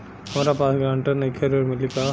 हमरा पास ग्रांटर नईखे ऋण मिली का?